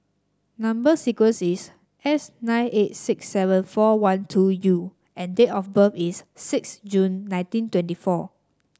number sequence is S nine eight six seven four one two U and date of birth is six June nineteen twenty four